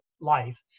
life